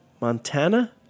Montana